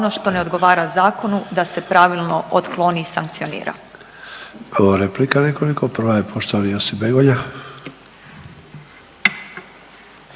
ono što ne odgovara zakonu da se pravilno otkloni i sankcionira. **Sanader, Ante (HDZ)** Imamo replika nekoliko. Prva je poštovani Josip Begonja.